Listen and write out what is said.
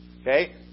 Okay